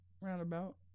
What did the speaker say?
Roundabout